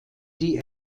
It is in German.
die